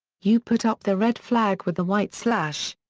you put up the red flag with the white slash.